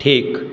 ঠিক